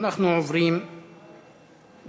אנחנו עוברים להצבעה,